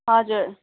हजुर